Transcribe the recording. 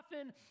often